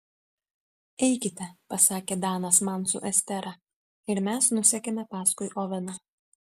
eikite pasakė danas man su estera ir mes nusekėme paskui oveną